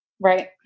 Right